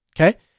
Okay